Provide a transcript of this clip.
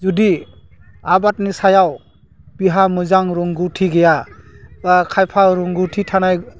जुदि आबादनि सायाव बिहा मोजां रोंगौथि गैया खायफा रोंगौथि थानाय